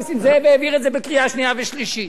נסים זאב העביר את זה בקריאה שנייה ושלישית.